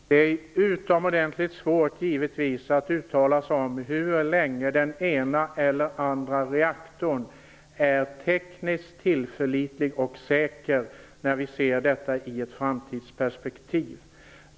Herr talman! Det är givetvis utomordentligt svårt att uttala sig om hur länge den ena eller andra reaktorn är tekniskt tillförlitlig och säker, när vi ser detta i ett framtidsperspektiv.